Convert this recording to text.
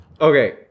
Okay